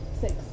Six